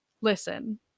Listen